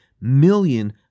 million